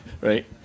right